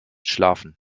schlafen